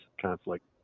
conflict